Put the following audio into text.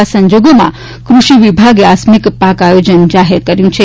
આ સંજોગોમાં કુષિ વિભાગે આકસ્મિક પાક આયોજન જાહેર કર્યું છે